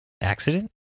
accident